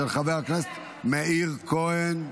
של חבר הכנסת מאיר כהן.